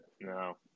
No